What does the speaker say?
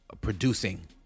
producing